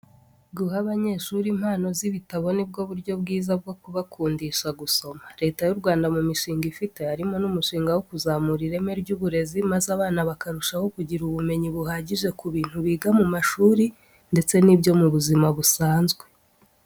Guha abanyeshuri impano z'ibitabo ni bwo buryo bwiza bwo kubakundisha gusoma. Leta y'u Rwanda mu mishinga ifite, harimo n'umushinga wo kuzamura ireme ry'uburezi maze abana bakarushaho kugira ubumenyi buhagije ku bintu biga mu mashuri ndetse n'ibyo mu buzima busanzwe.